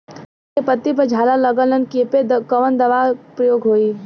धान के पत्ती पर झाला लगववलन कियेपे कवन दवा प्रयोग होई?